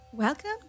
Welcome